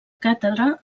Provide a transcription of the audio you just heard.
càtedra